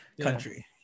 country